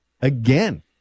Again